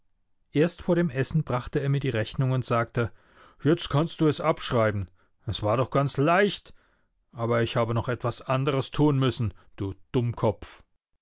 erst vor dem essen brachte er mir die rechnung und sagte jetzt kannst du es abschreiben es war doch ganz leicht aber ich habe noch etwas anderes tun müssen du dummkopf